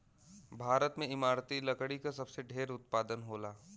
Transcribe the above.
भारत में इमारती लकड़ी क सबसे ढेर उत्पादन होला